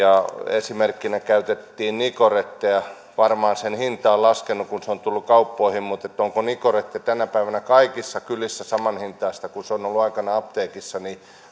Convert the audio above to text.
esimerkkinä käytettiin nicorettea varmaan sen hinta on laskenut kun se on tullut kauppoihin mutta onko nicorette tänä päivänä kaikissa kylissä samanhintaista kuin se on ollut aikanaan apteekissa